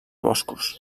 boscos